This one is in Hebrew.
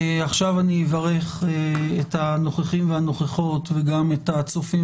עכשיו אני אברך את הנוכחים והנוכחות וגם את הצופים